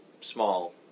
small